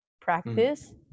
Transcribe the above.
practice